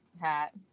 hat